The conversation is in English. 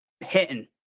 Hitting